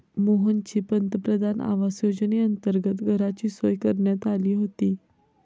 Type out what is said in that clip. मोहनची पंतप्रधान आवास योजनेअंतर्गत घराची सोय करण्यात आली होती